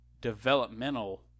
developmental